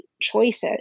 choices